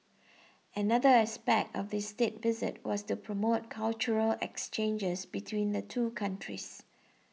another aspect of this State Visit was to promote cultural exchanges between the two countries